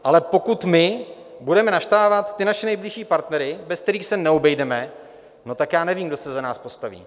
Ale pokud my budeme naštvávat naše nejbližší partnery, bez kterých se neobejdeme, tak nevím, kdo se za nás postaví.